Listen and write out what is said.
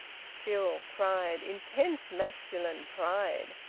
still, pride! intense masculine pride!